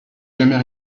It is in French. jamais